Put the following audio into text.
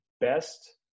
best